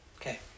Okay